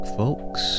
folks